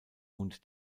hund